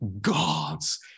God's